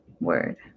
word